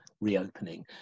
reopening